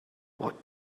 what